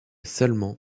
seulement